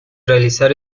realizar